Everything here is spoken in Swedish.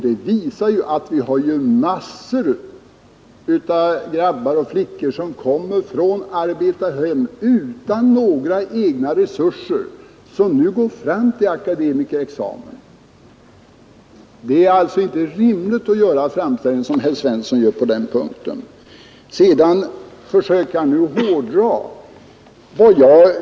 Det visas av att det finns mängder av pojkar och flickor från arbetarhem som inte har några egna resurser men som nu går fram till en akademisk examen. Det är alltså inte rimligt att framställa saken så som herr Svensson i Malmö gjorde. Herr Svensson försökte också hårdra vad jag hade sagt.